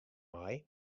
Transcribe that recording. mei